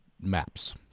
maps